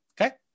Okay